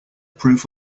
proof